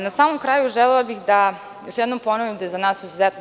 Na samom kraju želela bih da još jednom ponovim da je za nas izuzetno